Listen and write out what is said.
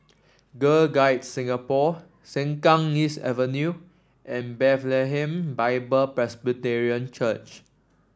Girl Guides Singapore Sengkang East Avenue and Bethlehem Bible Presbyterian Church